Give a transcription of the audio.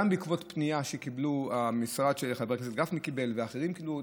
גם בעקבות פנייה שהמשרד של חבר הכנסת גפני קיבל ואחרים קיבלו,